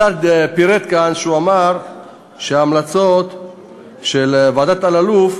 השר פירט כאן ואמר שההמלצות של ועדת אלאלוף,